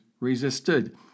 resisted